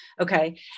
okay